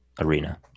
Arena